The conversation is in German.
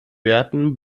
werten